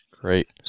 Great